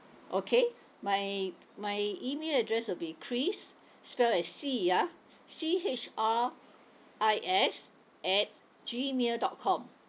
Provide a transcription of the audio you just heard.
okay my my email address will be chris spelled as C ya C H R I S at gmail dot com